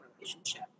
relationship